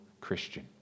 Christian